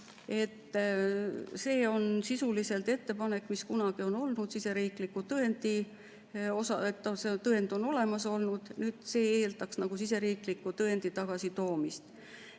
See on sisuliselt ettepanek, mis kunagi on olnud, siseriiklik tõend on olnud kasutusel, nüüd see eeldaks siseriikliku tõendi tagasitoomist.